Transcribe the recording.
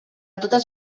totes